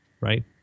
Right